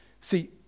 See